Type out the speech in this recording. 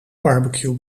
barbecue